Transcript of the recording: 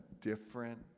different